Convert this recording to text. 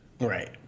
Right